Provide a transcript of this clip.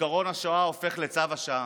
זיכרון השואה הופך לצו השעה,